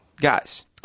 guys